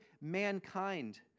mankind